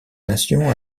nations